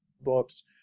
books